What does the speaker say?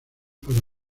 para